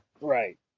Right